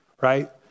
right